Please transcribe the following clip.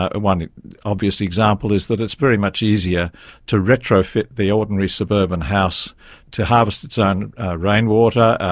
ah one obvious example is that it's very much easier to retrofit the ordinary suburban house to harvest its own rainwater,